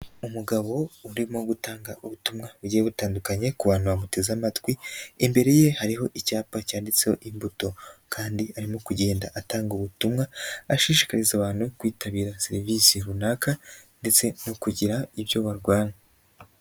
Umugabo urimo gutanga ubutumwa bugiye butandukanye ku bantu bamuteze amatwi, imbere ye hariho icyapa cyanditseho imbuto, kandi arimo kugenda atanga ubutumwa ashishikariza abantu kwitabira serivisi runaka ndetse no kugira ibyo barwanya.